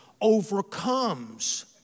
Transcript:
overcomes